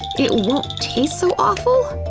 it won't taste so awful?